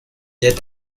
yet